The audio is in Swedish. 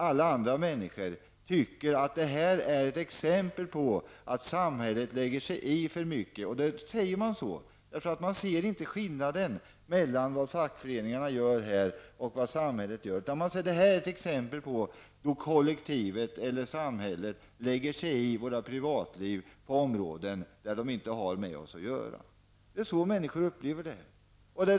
Många människor tycker att det här är ett exempel på ett område där samhället lägger sig i för mycket. Man kan inte se skillnaden mellan vad fackföreningarna gör och vad samhället gör. Det här är ett exempel på att kollektivet och samhället lägger sig i våra privatliv på områden där de inte har med oss att göra. Det är så människorna upplever det.